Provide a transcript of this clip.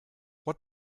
what